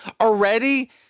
already